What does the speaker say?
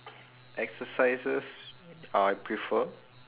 exercises I prefer